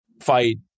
fight